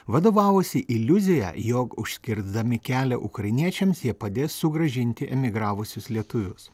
vadovavosi iliuzija jog užkirsdami kelią ukrainiečiams jie padės sugrąžinti emigravusius lietuvius